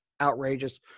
outrageous